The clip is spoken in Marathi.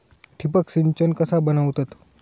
ठिबक सिंचन कसा बनवतत?